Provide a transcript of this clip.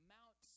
Mount